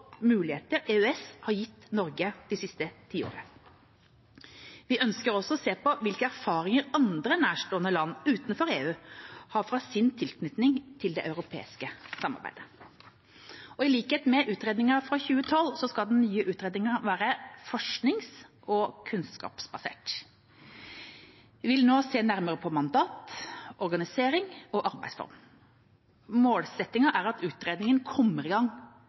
muligheter EØS har gitt Norge det siste tiåret. Vi ønsker også å se på hvilke erfaringer andre nærstående land utenfor EU har fra sin tilknytning til det europeiske samarbeidet. I likhet med utredningen fra 2012 skal den nye utredningen være forsknings- og kunnskapsbasert. Vi vil nå se nærmere på mandat, organisering og arbeidsform. Målsettingen er at utredningen kommer i gang